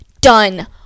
done